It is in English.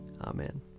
Amen